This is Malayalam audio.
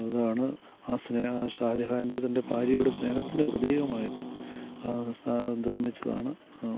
അതാണ് ആ സ്നേഹ ഷാ ജഹാൻ്റെ തൻ്റെ ഭാര്യയുടെ സ്നേഹത്തിൻ്റെ പ്രതീകമായിട്ട് നിർമ്മിച്ചതാണ്